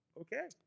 Okay